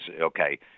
okay